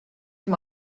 him